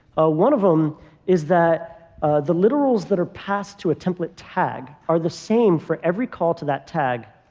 ah one of them is that the literals that are passed to a template tag are the same for every call to that tag.